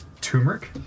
Turmeric